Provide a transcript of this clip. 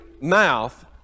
Mouth